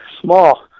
small